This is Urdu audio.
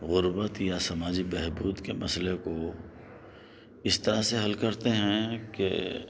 غربت یا سماجی بہبود کے مسئلے کو اس طرح سے حل کرتے ہیں کہ